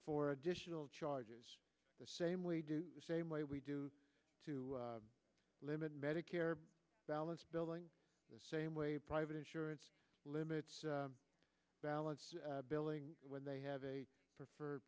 for additional charges the same way we do the same way we do to limit medicare balance building the same way private insurance limits balance billing when they have a preferred